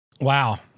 wow